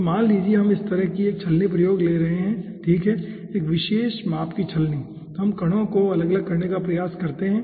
तो मान लीजिए कि हम इस तरह की एक छलनी ले रहे हैं ठीक है एक विशेष माप की छलनी है और हम कणों को अलग करने का प्रयास करते हैं